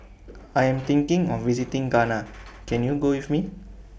I Am thinking of visiting Ghana Can YOU Go with Me